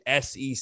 SEC